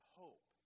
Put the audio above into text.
hope